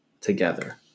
together